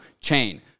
chain